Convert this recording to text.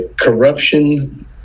corruption